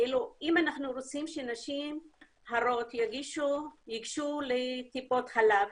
כאילו אם אנחנו רוצים שנשים הרות ייגשו לטיפות חלב,